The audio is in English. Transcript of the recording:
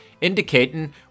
indicating